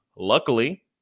Luckily